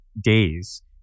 days